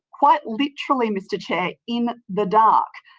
quite literally, mr chair, in the dark.